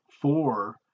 four